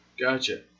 Gotcha